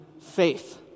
faith